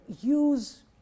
use